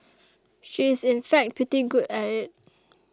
she is in fact pretty good at it